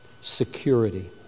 security